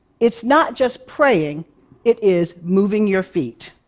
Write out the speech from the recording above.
it's not just praying it is moving your feet.